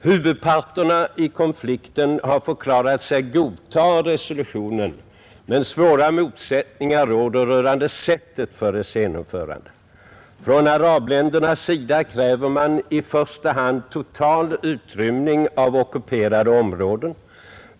Huvudparterna i konflikten har förklarat sig godta resolutionen, men svåra motsättningar råder rörande sättet för dess genomförande. Från arabländernas sida kräver man i första hand total utrymning av ockuperade områden.